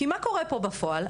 מה קורה פה בפועל?